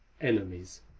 enemies